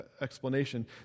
explanation